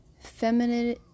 feminine